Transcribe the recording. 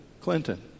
Clinton